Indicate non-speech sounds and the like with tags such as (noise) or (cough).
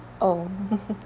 oh (laughs)